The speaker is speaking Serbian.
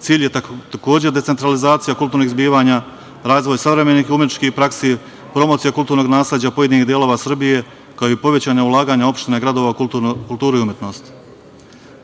Cilj je takođe decentralizacije kulturnih zbivanja, razvoj savremenih umetničkih praksi, promocija kulturnog nasleđa pojedinih delova Srbije, kao i povećano ulaganje opština, gradova u kulturu i umetnost.